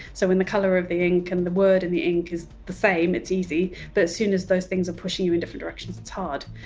so when the color of the ink and the word and the ink is the same, it's easy but as soon as those things are pushing you in different directions it's hard.